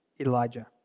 Elijah